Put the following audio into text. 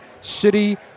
City